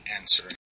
answering